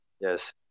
Yes